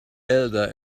elder